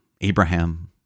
Abraham